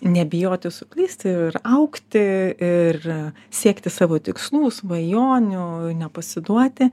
nebijoti suklysti ir augti ir siekti savo tikslų svajonių nepasiduoti